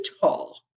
tall